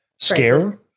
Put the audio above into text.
Scare